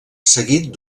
seguit